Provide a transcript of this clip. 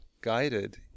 guided